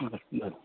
बरें बरें